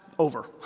Over